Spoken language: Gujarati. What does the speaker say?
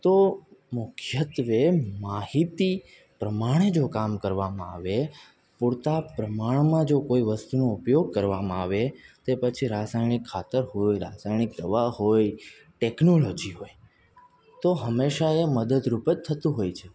તો મુખ્યત્ત્વે માહિતી પ્રમાણે જો કામ કરવામાં આવે પૂરતાં પ્રમાણમાં જો કોઈ વસ્તુનો ઉપયોગ કરવામાં આવે તે પછી રાસાયણિક ખાતર હોય રાસાયણિક દવા હોય ટેક્નોલોજી હોય તો હંમેશા એ મદદરૂપ જ થતું હોય છે